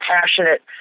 passionate